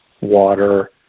water